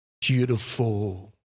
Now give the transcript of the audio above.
beautiful